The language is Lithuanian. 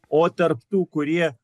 o tarp tų kurie